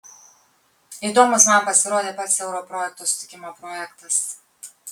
įdomus man pasirodė pats euro projekto sutikimo projektas